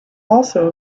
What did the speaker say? also